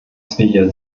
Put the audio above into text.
hier